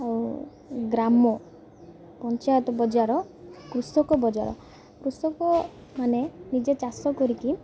ଆଉ ଗ୍ରାମ ପଞ୍ଚାୟତ ବଜାର କୃଷକ ବଜାର କୃଷକମାନେ ନିଜେ ଚାଷ କରିକି